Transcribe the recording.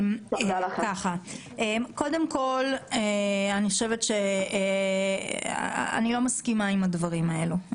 אני לא מסכימה עם הדברים האלה.